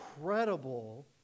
incredible